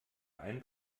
ein